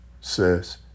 says